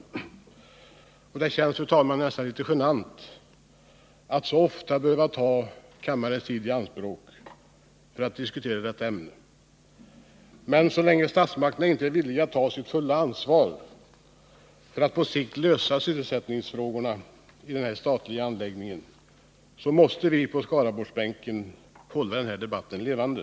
Det känns nästan 16 april 1980 litet genant att så ofta behöva ta kammarens tid i anspråk för att diskutera detta ämne, men så länge statsmakterna inte är villiga att ta sitt fulla ansvar Vissa anslag inom för att på sikt lösa sysselsättningsfrågorna vid denna statliga anläggning industridepartemåste vi på Skaraborgsbänken hålla den här debatten levande.